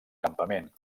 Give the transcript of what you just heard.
campament